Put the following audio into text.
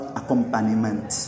accompaniment